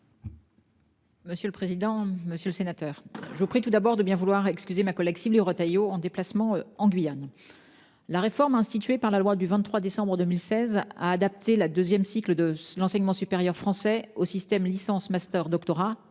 ministre déléguée. Monsieur le sénateur, je vous prie tout d'abord de bien vouloir excuser ma collègue Sylvie Retailleau, en déplacement en Guyane. La réforme instituée par la loi du 23 décembre 2016 a adapté le deuxième cycle de l'enseignement supérieur français au système licence-master-doctorat